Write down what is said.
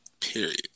Period